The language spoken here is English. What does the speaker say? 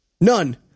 None